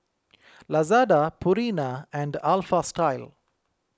Lazada Purina and Alpha Style